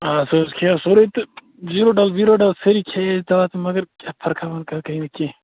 آ سُہ حظ کھیٚیٛاو سورُے تہٕ زیٖروڈل ویٖروڈل سٲرِی کھیٚیہِ دوا مگر کیٚنٛہہ فرقاہ وَرقاہ گٔے نہٕ کیٚنٛہہ